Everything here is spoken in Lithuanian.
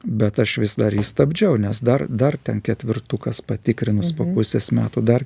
bet aš vis dar jį stabdžiau nes dar dar ten ketvirtukas patikrinus po pusės metų dar